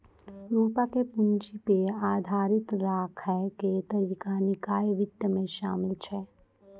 रुपया के पूंजी पे आधारित राखै के तरीका निकाय वित्त मे शामिल छै